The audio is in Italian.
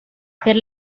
per